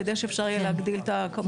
כדי שאפשר יהיה להגדיל את הכמות.